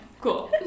Cool